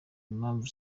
impamvu